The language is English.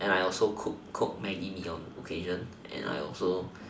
and I also cook cook maggi mee on occasions and I also